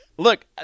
Look